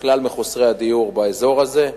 לכלל מחוסרי הדיור באזור הזה,